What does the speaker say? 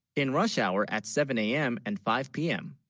in rush hour at seven, a m. and five p m.